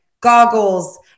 goggles